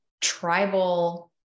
tribal